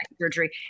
surgery